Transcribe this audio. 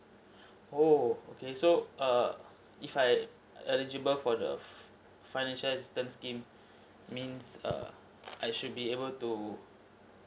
oh okay so err if I eligible for the financial assistance scheme means err I should be able to